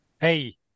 Hey